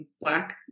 black